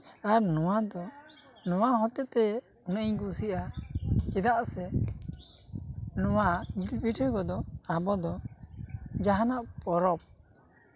ᱟᱨ ᱱᱚᱣᱟ ᱫᱚ ᱱᱚᱣᱟ ᱦᱚᱛᱮᱜ ᱛᱮ ᱩᱱᱟᱹᱜ ᱤᱧ ᱠᱩᱥᱤᱭᱟᱜᱼᱟ ᱪᱮᱫᱟᱜ ᱥᱮ ᱱᱚᱣᱟ ᱡᱤᱞ ᱯᱤᱴᱷᱟᱹ ᱠᱚᱫᱚ ᱟᱵᱚ ᱫᱚ ᱡᱟᱦᱟᱱᱟᱜ ᱯᱚᱨᱚᱵᱽ